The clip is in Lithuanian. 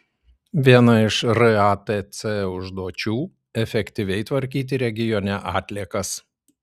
viena iš ratc užduočių efektyviai tvarkyti regione atliekas